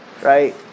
right